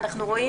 אנחנו רואים